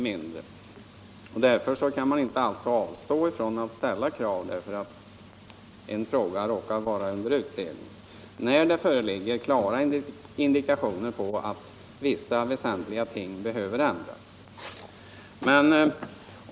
Man kan inte alltid avstå från att ställa krav därför att en fråga råkar vara under utredning, om det föreligger klara indikationer på att väsentliga förhållanden behöver ändras.